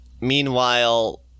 Meanwhile